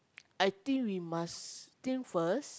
I think we must think first